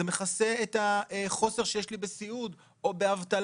זה מכסה את החוסר שיש לי בסיעוד או באבטלה.